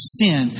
sin